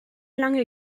lange